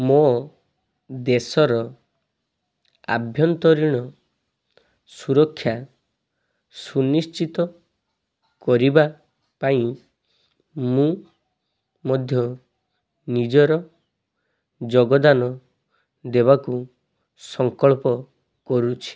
ମୋ ଦେଶର ଆଭ୍ୟନ୍ତରୀଣ ସୁରକ୍ଷା ସୁନିଶ୍ଚିତ କରିବା ପାଇଁ ମୁଁ ମଧ୍ୟ ନିଜର ଯୋଗଦାନ ଦେବାକୁ ସଂକଳ୍ପ କରୁଛି